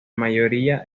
mayoría